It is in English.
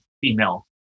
female